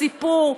בסיפור,